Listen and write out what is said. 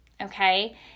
Okay